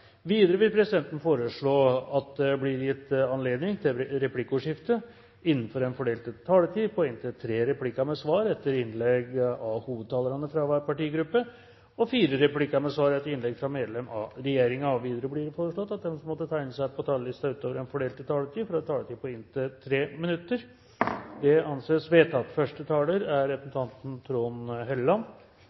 Videre vil presidenten foreslå at det blir gitt anledning til replikkordskifte på inntil tre replikker med svar etter innlegg fra hovedtalerne fra hver partigruppe og fire replikker med svar etter innlegg fra medlemmer av regjeringen innenfor den fordelte taletid. Videre blir det foreslått at de som måtte tegne seg på talerlisten utover den fordelte taletid, får en taletid på inntil 3 minutter. – Det anses vedtatt.